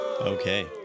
Okay